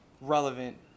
relevant